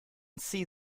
see